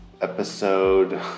episode